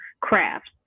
crafts